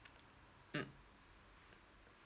mm